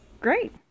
Great